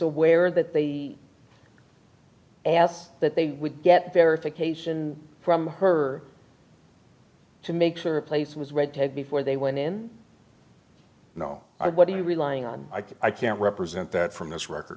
aware that the asked that they would get verification from her to make sure a place was read before they went in no i what are you relying on i can't represent that from this record